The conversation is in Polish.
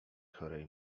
chorej